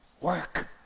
work